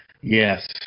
Yes